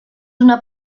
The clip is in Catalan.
una